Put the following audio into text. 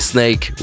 Snake